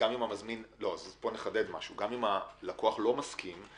נחדד - גם אם הלקוח לא מסכים,